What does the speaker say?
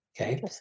Okay